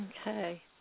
Okay